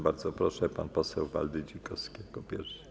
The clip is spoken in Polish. Bardzo proszę, pan poseł Waldy Dzikowski jako pierwszy.